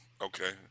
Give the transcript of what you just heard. Okay